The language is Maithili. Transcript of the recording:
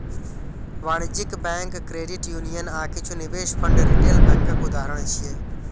वाणिज्यिक बैंक, क्रेडिट यूनियन आ किछु निवेश फंड रिटेल बैंकक उदाहरण छियै